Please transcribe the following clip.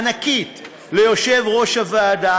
ענקית, ליושב-ראש הוועדה